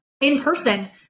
in-person